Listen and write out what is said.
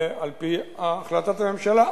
על-פי החלטת הממשלה,